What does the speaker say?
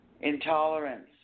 intolerance